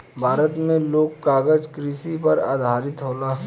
भारत मे लोग कागज कृषि पर आधारित होला